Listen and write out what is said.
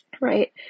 Right